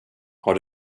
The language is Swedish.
har